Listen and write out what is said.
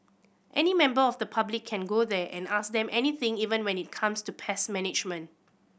any member of the public can go there and ask them anything even when it comes to pest management